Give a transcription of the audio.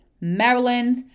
Maryland